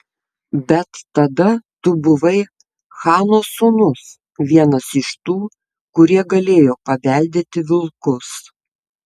bet tada tu buvai chano sūnus vienas iš tų kurie galėjo paveldėti vilkus